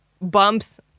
bumps